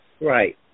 Right